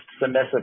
submissive